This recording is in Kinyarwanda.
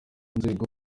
nzego